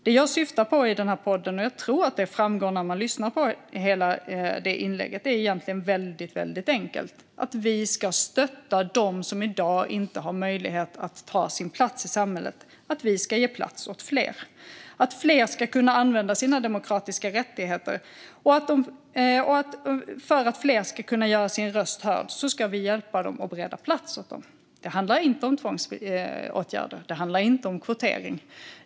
Det jag syftade på i den här podden, och jag tror att det framgår när man lyssnar på hela inlägget, är egentligen väldigt enkelt: att vi ska stötta dem som i dag inte har möjlighet att ta sin plats i samhället och att vi ska ge plats åt fler. Fler ska kunna använda sina demokratiska rättigheter, och för att fler ska kunna göra sin röst hörd ska vi hjälpa dem och bereda plats åt dem. Det handlar inte om tvångsåtgärder. Det handlar inte om kvotering.